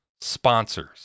sponsors